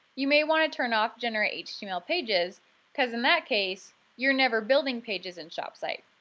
you may want to turn off generate html pages because in that case you're never building pages in shopsite.